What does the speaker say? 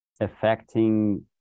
Affecting